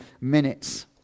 minutes